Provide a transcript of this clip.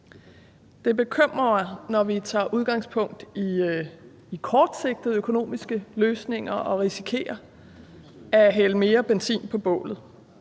Det bekymrer mig, når vi tager udgangspunkt i kortsigtede økonomiske løsninger og risikerer at hælde mere benzin på bålet.